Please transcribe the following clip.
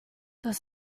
does